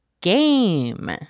game